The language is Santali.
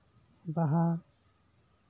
ᱵᱟᱦᱟ